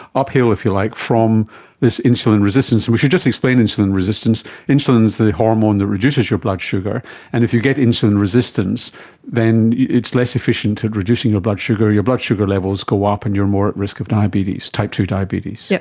uphill if you like from this insulin resistance. we should just explain insulin resistance. insulin is the hormone that reduces your blood sugar and if you get insulin resistance then it's less efficient at reducing your blood sugar, your blood sugar levels goes up and you're more at risk of type two diabetes. yes,